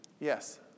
Yes